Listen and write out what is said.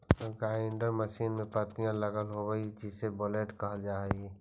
grinder machine में पत्तियाँ लगल होव हई जिसे ब्लेड कहल जा हई